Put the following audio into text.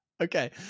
Okay